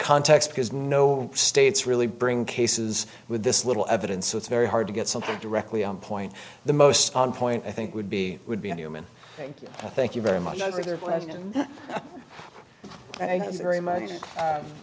context because no states really bring cases with this little evidence so it's very hard to get something directly on point the most point i think would be would be a human thank you very much